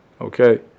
okay